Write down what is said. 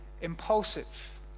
impulsive